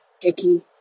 dicky